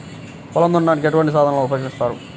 పొలం దున్నడానికి ఎటువంటి సాధనలు ఉపకరిస్తాయి?